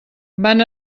van